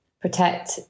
protect